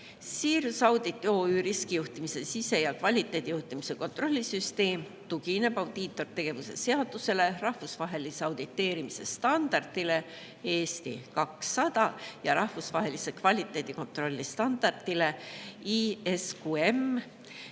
Sirius Audit OÜ riskijuhtimise, sise- ja kvaliteedijuhtimise kontrolli süsteem tugineb audiitortegevuse seadusele, rahvusvahelisele auditeerimise standardile (Eesti) 200 ja rahvusvahelisele kvaliteedikontrolli standardile ISQM.